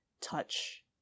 touch